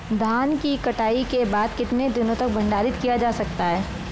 धान की कटाई के बाद कितने दिनों तक भंडारित किया जा सकता है?